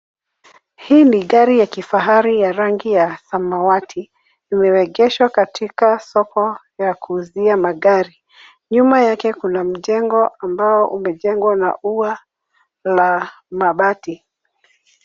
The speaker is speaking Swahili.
Hii ni gari ya kifahari ya rangi ya samawati. Limeegeshwa katika soko ya kuuzia magari. Nyuma yake kuna mjengo ambao umejengwa na ua la mabati.